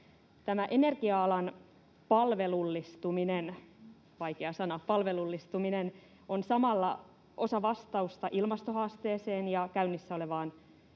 Tämä energia-alan palvelullistuminen — vaikea sana — on samalla osa vastausta ilmastohaasteeseen ja käynnissä olevaan